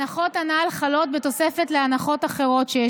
ההנחות הנ"ל חלות בתוספת להנחות אחרות.